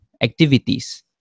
activities